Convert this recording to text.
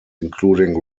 including